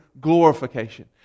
glorification